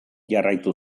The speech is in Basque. jarraitu